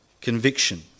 conviction